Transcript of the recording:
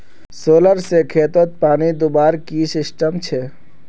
Solar से खेतोत पानी दुबार की सिस्टम छे?